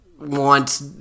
want